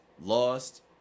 Lost